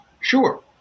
sure